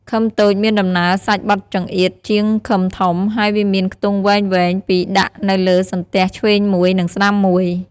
ឃឹមតូចមានដំណើរសាច់បទចង្អៀតជាងឃឹមធំ ហើយវាមានខ្ទង់វែងៗពីរដាក់នៅលើសន្ទះឆ្វេងមួយ និងស្តាំមួយ។